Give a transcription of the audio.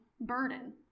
burden